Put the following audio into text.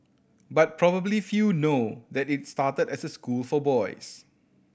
but probably few know that it started as a school for boys